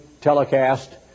telecast